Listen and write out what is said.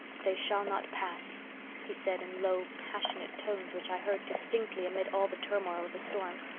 they shall not pass he said, in low, passionate tones which i heard distinctly amid all the turmoil of the storm.